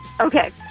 Okay